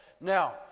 Now